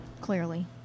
Clearly